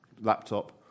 laptop